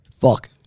Fuck